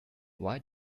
why